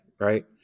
Right